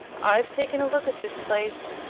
i've taken a look at this place,